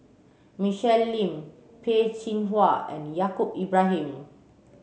Michelle Lim Peh Chin Hua and Yaacob Ibrahim